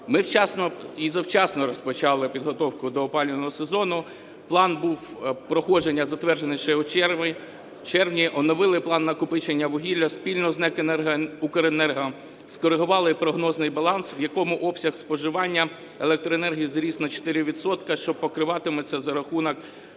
Ми вчасно… і завчасно розпочали підготовку до опалювального сезону, план був проходження затверджений ще у червні, оновили план накопичення вугілля спільно з НЕК "Укренерго", скорегували прогнозний баланс, в якому обсяг споживання електроенергії зріс на 4 відсотки, що покриватиметься за рахунок